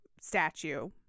statue